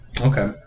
Okay